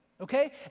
Okay